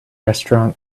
restaurant